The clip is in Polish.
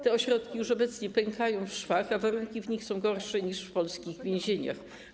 Te ośrodki obecnie już pękają w szwach, a warunki w nich są gorsze niż w polskich więzieniach.